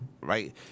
right